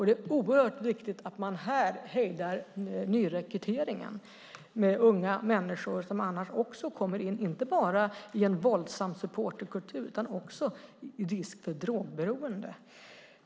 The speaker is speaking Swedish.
Det är oerhört viktigt att man hejdar nyrekryteringen av unga människor som annars också kommer in inte bara i en våldsam supporterkultur utan också löper risk för drogberoende.